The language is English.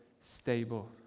Stable